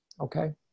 Okay